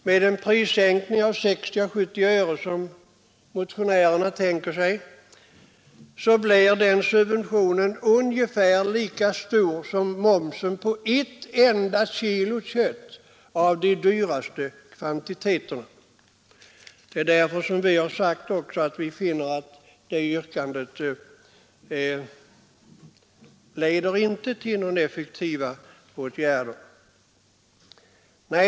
Med en prissänkning av 60—70 öre, som motionärerna tänker sig, blir subventionen ungefär lika stor som momsen på ett enda kilo kött av de dyraste kvaliteterna. Det är därför som vi har sagt att motionärernas förslag inte skulle leda till effektiva åtgärder.